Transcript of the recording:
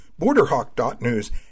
BorderHawk.News